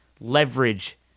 leverage